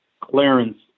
clearance